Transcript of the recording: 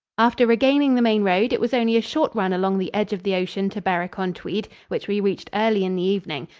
after regaining the main road, it was only a short run along the edge of the ocean to berwick-on-tweed, which we reached early in the evening.